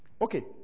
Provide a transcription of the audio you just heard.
Okay